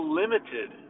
limited